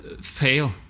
fail